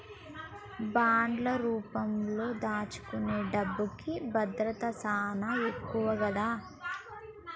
బాండ్లు రూపంలో దాచుకునే డబ్బుకి భద్రత చానా ఎక్కువ గదా